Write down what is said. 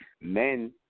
Men